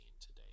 today